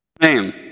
name